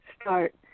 start